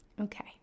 Okay